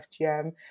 FGM